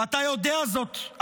ואתה יודע זאת,